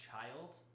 child